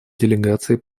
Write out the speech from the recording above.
делегации